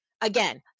again